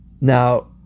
Now